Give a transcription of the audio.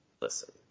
Listen